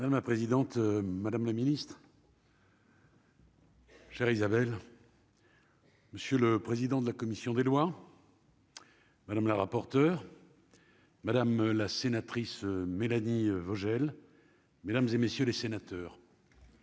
Madame la présidente, madame le Ministre. Chère Isabelle. Monsieur le président de la commission des lois. Madame la rapporteure. Madame la sénatrice Mélanie Vogel, mesdames et messieurs les sénateurs.